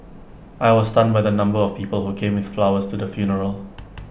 I was stunned by the number of people who came with flowers to the funeral